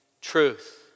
truth